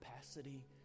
capacity